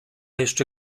jeszcze